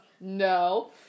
no